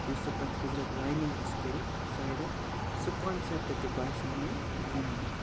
یُس سُہ تَتھ حضرت لاینِنٛگ ٲس کٔرِتھ سایڈَن سُہ کَنسیپٹ تہِ باسیٛو مےٚ یوٗنیٖک